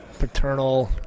paternal